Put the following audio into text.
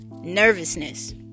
nervousness